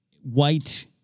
White